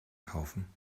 kaufen